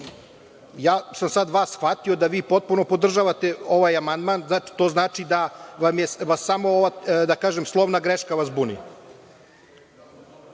Ja sam sad vas shvatio da vi potpuno podržavate ovaj amandman. To znači da vas samo ova slovna greška buni?